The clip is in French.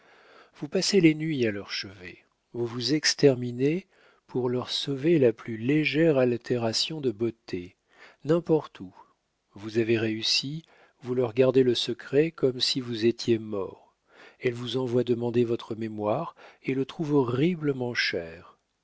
vous passez les nuits à leur chevet vous vous exterminez pour leur sauver la plus légère altération de beauté n'importe où vous avez réussi vous leur gardez le secret comme si vous étiez mort elles vous envoient demander votre mémoire et le trouvent horriblement cher